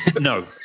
no